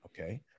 okay